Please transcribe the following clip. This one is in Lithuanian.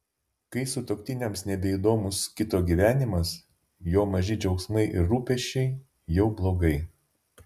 kai sutuoktiniams nebeįdomus kito gyvenimas jo maži džiaugsmai ir rūpesčiai jau blogai